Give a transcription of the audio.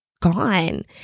gone